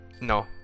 no